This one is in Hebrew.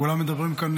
כולם מדברים כאן